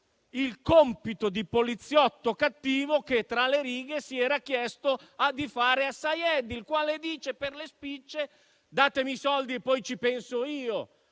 il compito di poliziotto cattivo, che tra le righe si era chiesto di fare a Saied, il quale dice per le spicce: datemi i soldi e poi ci penso io.